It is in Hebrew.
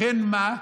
לכן, מה?